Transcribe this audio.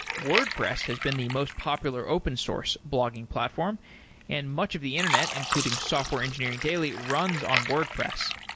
wordpress has been the most popular open source blogging platform and much of the internet, including software engineering daily runs on wordpress.